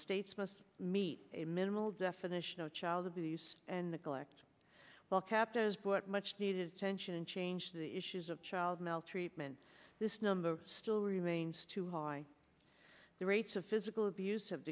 states must meet a minimal definition of child abuse and neglect well kept as brought much needed attention and changed the issues of child maltreatment this number still remains too high the rates of physical abuse